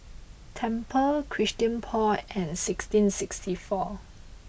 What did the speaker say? Tempur Christian Paul and sixteen sixty four